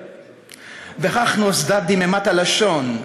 / וכך נוסדה דממת הלשון.